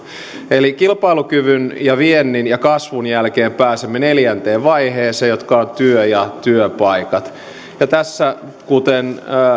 kilpailukyvyn ja viennin ja kasvun jälkeen pääsemme neljänteen vaiheeseen joka on työ ja työpaikat tässä kuten